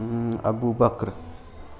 ابو بکر